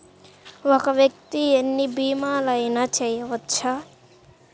ఒక్క వ్యక్తి ఎన్ని భీమలయినా చేయవచ్చా?